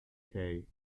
kay